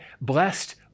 Blessed